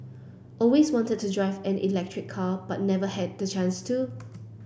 always wanted to drive an electric car but never had the chance to